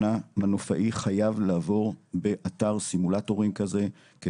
שמנופאי חייב לעבור באתר סימולטורים כזה אחת לשנה,